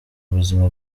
ubuzima